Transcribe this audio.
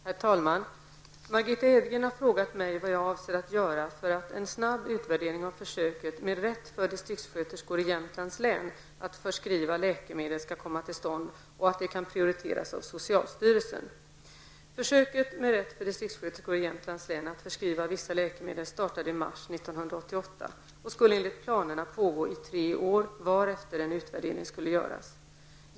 Herr talman! Margitta Edgren har frågat mig vad jag avser att göra för att en snabb utvärdering av försöket med rätt för distriktssköterskor i Jämtlands län att förskriva läkemedel skall komma till stånd och att det kan prioriteras av socialstyrelsen. Jämtlands län att förskriva vissa läkemedel startade i mars 1988 och skulle enligt planerna pågå i tre år varefter en utvärdering skulle göras.